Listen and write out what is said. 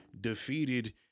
defeated